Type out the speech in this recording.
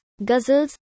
guzzles